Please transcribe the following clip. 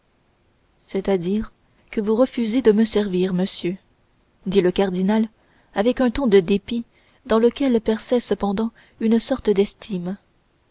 c'est-à-dire que vous refusez de me servir monsieur dit le cardinal avec un ton de dépit dans lequel perçait cependant une sorte d'estime